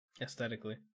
Aesthetically